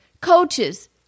coaches